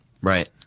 Right